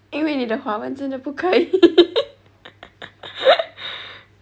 因为你的华文真的不可以